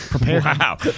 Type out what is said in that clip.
Wow